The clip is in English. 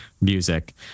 music